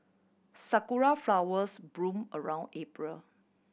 sakura flowers bloom around April